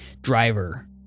driver